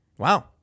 Wow